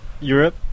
Europe